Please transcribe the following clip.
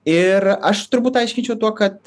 ir aš turbūt aiškinčiau tuo kad